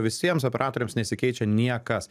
visiems operatoriams nesikeičia niekas